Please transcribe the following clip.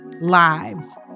lives